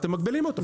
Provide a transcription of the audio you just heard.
אתם מגבילים אותו.